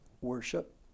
Worship